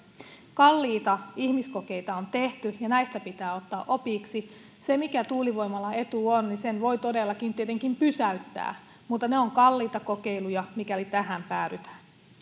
kalliita ihmiskokeita on tehty ja näistä pitää ottaa opiksi se mikä tuulivoimalan etu on on se että sen voi todellakin tietenkin pysäyttää mutta ne ovat kalliita kokeiluja mikäli tähän päädytään